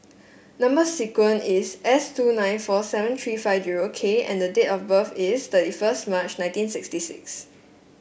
number sequence is S two nine four seven three five zero K and the date of birth is thirty first March nineteen sixty six